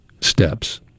steps